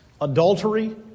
adultery